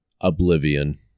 Oblivion